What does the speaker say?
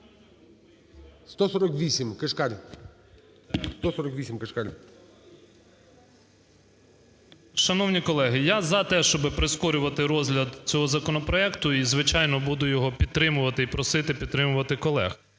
14:10:50 КИШКАР П.М. Шановні колеги, я за те, щоб прискорювати розгляд цього законопроекту, і, звичайно, буду його підтримувати, і просити підтримувати колег.